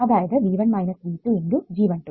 അതായത് V1 V2 × G12